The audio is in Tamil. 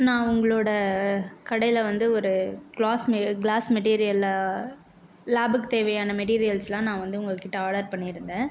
நான் உங்களோட கடையில் வந்து ஒரு க்ளாஸ் மே க்ளாஸ் மெட்டீரியலை லேபுக்கு தேவையான மெட்டீரியல்ஸெலாம் நான் வந்து உங்கள்க் கிட்டே ஆர்டர் பண்ணியிருந்தேன்